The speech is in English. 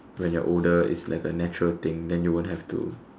when you're older it's like a natural thing then you won't have to